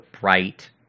Bright